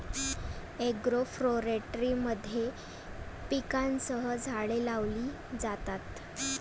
agroforestry मध्ये पिकांसह झाडे लावली जातात